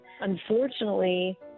Unfortunately